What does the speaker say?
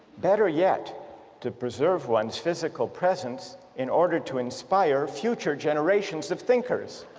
better yet to preserve one's physical presence in order to inspire future generations of thinkers.